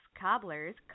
cobblers